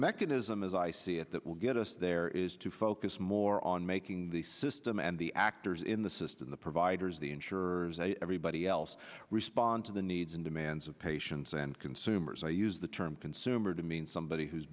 mechanism as i see it that will get us there is to focus more on making the system and the actors in the system the providers the insurers everybody else respond to the needs and demands of patients and consumers i the term consumer to mean somebody who's